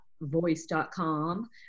voice.com